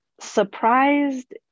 surprised